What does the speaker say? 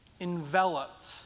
enveloped